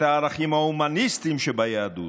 את הערכים ההומניסטיים שביהדות,